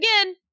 again